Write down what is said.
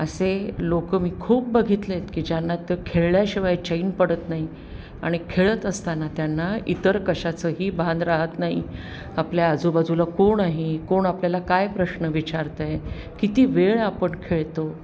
असे लोकं मी खूप बघितलेत की ज्यांना तर खेळल्याशिवाय चैन पडत नाही आणि खेळत असताना त्यांना इतर कशाचंही भान राहत नाही आपल्या आजूबाजूला कोण आहे कोण आपल्याला काय प्रश्न विचारत आहे किती वेळ आपण खेळतो